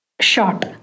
short